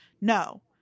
No